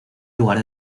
lugar